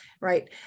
Right